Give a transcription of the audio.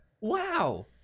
Wow